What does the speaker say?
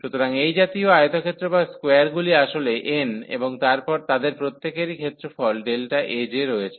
সুতরাং এই জাতীয় আয়তক্ষেত্র বা স্কোয়ারগুলি আসলে n এবং তাদের প্রত্যেকেরই ক্ষেত্রফল Aj রয়েছে